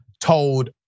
told